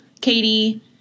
Katie